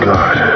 God